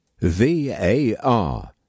VAR